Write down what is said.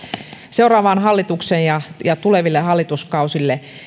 seuraavaan hallitukseen ja ja tuleville hallituskausille